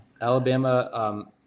Alabama